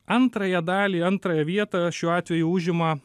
antrąją dalį antrąją vietą šiuo atveju užima